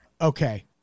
Okay